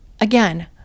Again